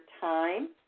time